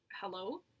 hello